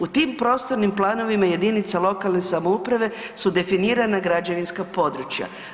U tim prostornim planovima jedinica lokalne samouprave su definirana građevinska područja.